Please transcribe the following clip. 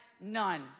none